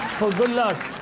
good luck.